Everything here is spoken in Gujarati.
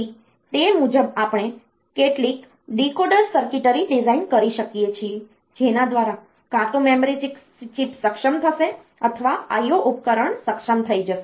તેથી તે મુજબ આપણે કેટલીક ડીકોડર સર્કિટરી ડિઝાઇન કરી શકીએ છીએ જેના દ્વારા કાં તો મેમરી ચિપ સક્ષમ થશે અથવા IO ઉપકરણો સક્ષમ થઈ જશે